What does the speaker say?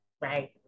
right